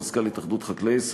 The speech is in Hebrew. מזכ"ל התאחדות חקלאי ישראל,